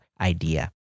idea